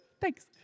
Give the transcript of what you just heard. Thanks